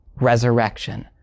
resurrection